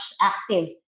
active